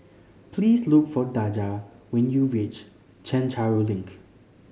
please look for Daja when you reach Chencharu Link